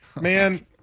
Man